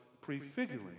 prefiguring